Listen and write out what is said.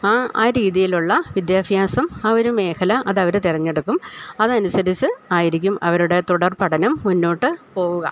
ആ ആ രീതിയിലുള്ള വിദ്യാഭ്യാസം ആ ഒരു മേഖല അതവര് തിരഞ്ഞെടുക്കും അതനുസരിച്ച് ആയിരിക്കും അവരുടെ തുടർപ്പഠനം മുന്നോട്ട് പോവുക